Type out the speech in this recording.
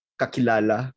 kakilala